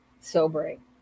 sobering